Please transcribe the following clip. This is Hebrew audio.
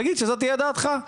תגיד שזאת תהיה דעתך.